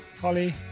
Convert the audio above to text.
holly